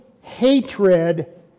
hatred